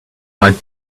might